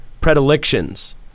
predilections